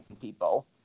people